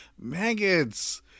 maggots